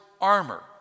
armor